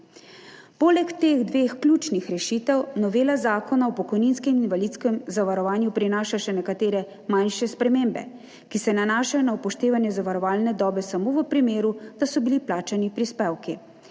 Poleg teh dveh ključnih rešitev novela Zakona o pokojninskem in invalidskem zavarovanju prinaša še nekatere manjše spremembe, ki se nanašajo na upoštevanje zavarovalne dobe samo v primeru, da so bili plačani prispevki,